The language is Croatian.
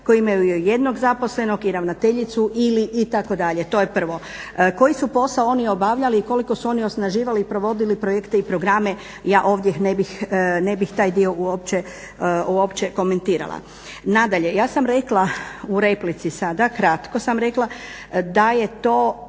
koji imaju jednog zaposlenog i ravnateljicu itd. to je prvo. Koji su posao oni obavljali i koliko su oni osnaživali i provodili projekte i programe ja ovdje ne bih taj dio uopće komentirala. Nadalje, ja sam rekla u replici sada, kratko sam rekla da je to